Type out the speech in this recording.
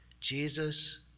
Jesus